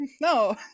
no